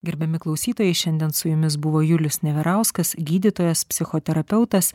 gerbiami klausytojai šiandien su jumis buvo julius neverauskas gydytojas psichoterapeutas